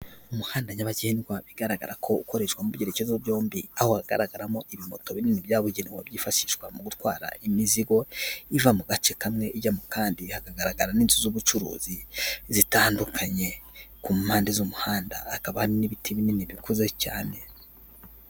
Umuhanda nyabagendwa bigaragara ko ukoreshwa mu byerekezo byombi, aho hagaragaramo ibimoto binini byabugenewe byifashishwa mu gutwara imizigo iva mu gace kamwe ijya mu kandi; hakanagaragara n'inzu z'ubucuruzi zitandukanye, ku mpande z'umuhanda hakaba hari n'ibiti binini bikuze cyane.